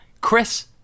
chris